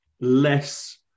less